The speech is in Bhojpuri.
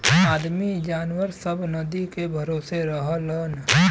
आदमी जनावर सब नदी के भरोसे रहलन